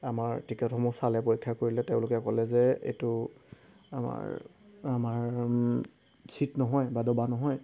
আমাৰ টিকেটসমূহ চালে পৰীক্ষা কৰিলে তেওঁলোকে ক'লে যে এইটো আমাৰ আমাৰ চিট নহয় বা ডবা নহয়